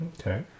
Okay